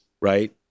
right